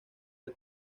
del